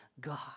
God